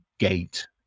gate